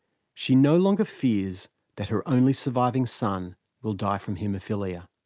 she no longer fears that her only surviving son will die from haemophilia.